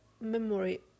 memory